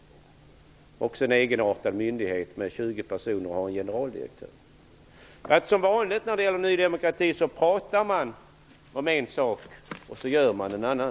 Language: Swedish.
Det är för övrigt en egenartad myndighet, med en generaldirektör för 20 anställda. Som vanligt pratar alltså Ny demokrati om en sak och gör en annan.